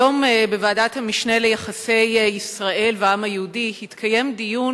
היום בוועדת המשנה ליחסי ישראל והעם היהודי התקיים דיון